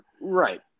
Right